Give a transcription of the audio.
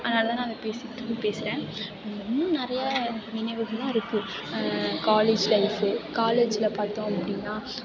அதனால் தான் நான் அதை பேசிட்டுருந்து பேசுகிறேன் இன்னும் நிறைய நினைவுகள்லாம் இருக்குது காலேஜ் லைஃப்பு காலேஜில் பார்த்தோம் அப்படின்னா